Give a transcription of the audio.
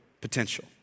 potential